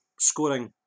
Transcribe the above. scoring